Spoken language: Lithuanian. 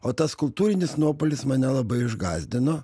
o tas kultūrinis nuopuolis mane labai išgąsdino